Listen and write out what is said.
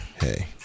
hey